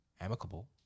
amicable